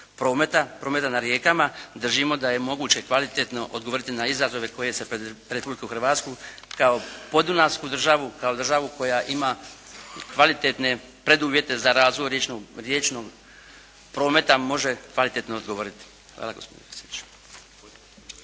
prometa na rijekama držimo da je moguće kvalitetno odgovoriti na izazove koji se pred Republiku Hrvatsku kao podunavsku državu, kao državu koja ima kvalitetne preduvjete za razvoj riječnog prometa može kvalitetno odgovoriti. Hvala gospodine